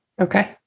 Okay